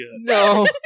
No